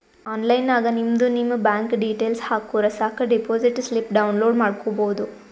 online ನಾಗ್ ನಿಮ್ದು ನಿಮ್ ಬ್ಯಾಂಕ್ ಡೀಟೇಲ್ಸ್ ಹಾಕುರ್ ಸಾಕ್ ಡೆಪೋಸಿಟ್ ಸ್ಲಿಪ್ ಡೌನ್ಲೋಡ್ ಮಾಡ್ಕೋಬೋದು